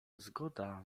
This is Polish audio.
zgoda